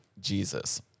Jesus